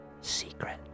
Secret